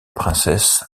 princesse